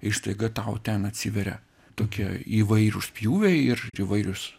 ir staiga tau ten atsiveria tokie įvairūs pjūviai ir įvairiūs